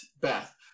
Beth